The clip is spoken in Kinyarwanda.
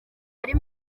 ari